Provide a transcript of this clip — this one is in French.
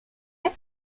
est